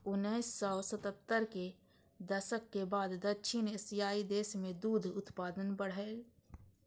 उन्नैस सय सत्तर के दशक के बाद दक्षिण एशियाइ देश मे दुग्ध उत्पादन बढ़लैए